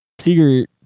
Seager